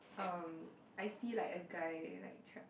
um I see like a guy like tr~